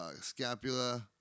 scapula